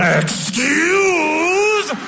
excuse